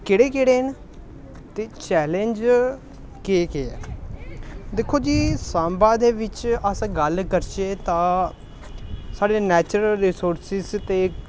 केह्ड़े केह्ड़े हैन ते चैलेंज केह् केह् ऐ दिक्खो जी सांबा दे बिच्च अस गल्ल करचै तां साढ़े नेचुरल रिसोर्सिज ते